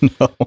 No